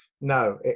no